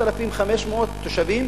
4,500 תושבים,